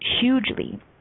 hugely